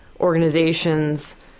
organizations